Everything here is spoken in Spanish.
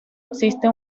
existe